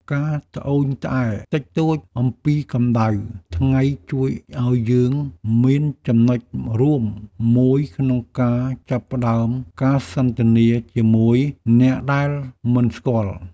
ការត្អូញត្អែរតិចតួចអំពីកម្ដៅថ្ងៃជួយឱ្យយើងមានចំណុចរួមមួយក្នុងការចាប់ផ្តើមការសន្ទនាជាមួយអ្នកដែលមិនស្គាល់។